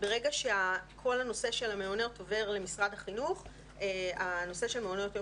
ברגע שכל הנושא של המעונות עובר למשרד החינוך הנושא של מעונות יום